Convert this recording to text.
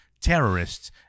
terrorists